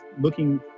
looking